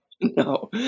No